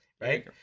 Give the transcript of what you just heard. Right